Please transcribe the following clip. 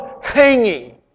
hanging